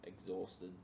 exhausted